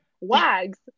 WAGS